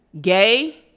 gay